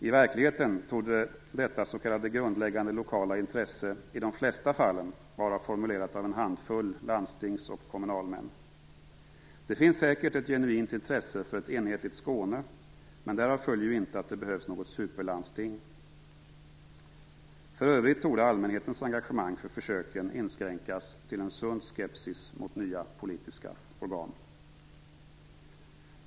I verkligheten torde detta s.k. grundläggande lokala intresse i de flesta fallen vara formulerat av en handfull landstings och kommunalmän. Det finns säkert ett genuint intresse för ett enhetligt Skåne, men därav följer inte att det behövs något superlandsting. För övrigt torde allmänhetens engagemang för försöken inskränkas till en sund skepsis mot nya politiska organ.